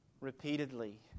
repeatedly